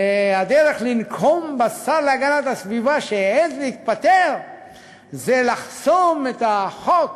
הדרך לנקום בשר להגנת הסביבה שהעז להתפטר זה לחסום את החוק